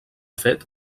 fet